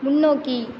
முன்னோக்கி